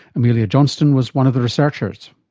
amelia johnston was one of the researchers.